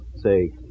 say